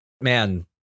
man